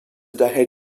daher